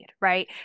right